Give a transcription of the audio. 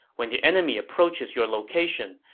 when the enemy approaches your location,